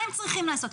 מה הם צריכים לעשות?